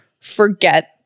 forget